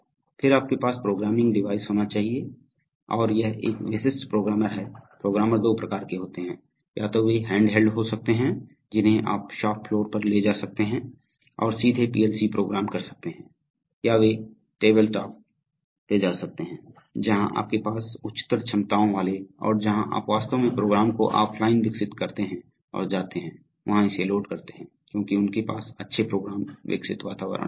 फिर आपके पास प्रोग्रामिंग डिवाइस होना चाहिए और यह एक विशिष्ट प्रोग्रामर है प्रोग्रामर दो प्रकार के होते हैं या तो वे हैंडहेल्ड हो सकते हैं जिन्हें आप शॉप फ्लोर पर ले जा सकते हैं और सीधे पीएलसी प्रोग्राम कर सकते हैं या वे टेबलटॉप पे जा सकते हैं जहां आपके पास उच्चतर क्षमताओं वाले और जहाँ आप वास्तव में प्रोग्राम को ऑफ़लाइन विकसित करते हैं और जाते हैं वहां इसे लोड करते हैं क्योंकि उनके पास अच्छे प्रोग्राम विकसित वातावरण भी हैं